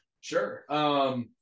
Sure